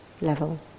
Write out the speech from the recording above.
level